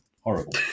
Horrible